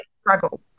struggle